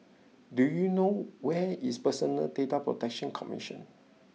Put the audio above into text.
do you know where is Personal Data Protection Commission